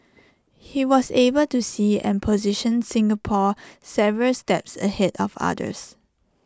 he was able to see and position Singapore several steps ahead of others